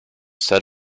said